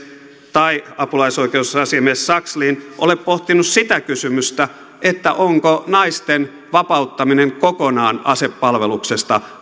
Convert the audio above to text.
tai apulaisoikeusasiamies sakslin ole pohtinut sitä kysymystä onko naisten vapauttaminen kokonaan asepalveluksesta